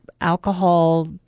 alcohol